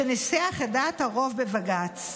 שניסח את דעת הרוב בבג"ץ.